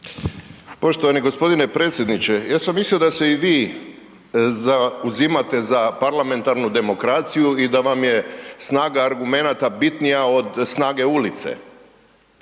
Poštovani g. predsjedniče. Ja sam mislio da se i vi zauzimate za parlamentarnu demokraciju i da vam je snaga argumenata bitnija od snage ulice.